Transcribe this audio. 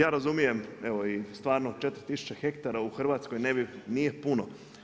Ja razumijem evo i stvarno 4000 hektara u Hrvatskoj nije puno.